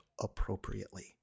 appropriately